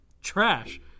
trash